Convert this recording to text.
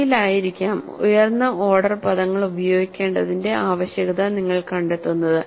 ഭാവിയിലായിരിക്കാം ഉയർന്ന ഓർഡർ പദങ്ങൾ ഉപയോഗിക്കേണ്ടതിന്റെ ആവശ്യകത നിങ്ങൾ കണ്ടെത്തുന്നത്